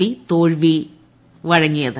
P തോൽവി വഴങ്ങിയത്